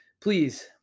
please